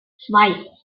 zwei